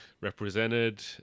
represented